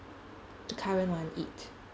the current one it